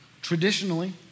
traditionally